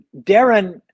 darren